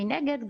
מנגד,